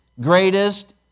greatest